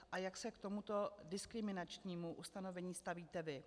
A jak se k tomuto diskriminačnímu ustanovení stavíte vy?